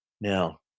Now